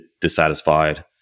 dissatisfied